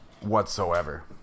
whatsoever